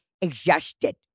exhausted